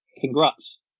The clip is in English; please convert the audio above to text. Congrats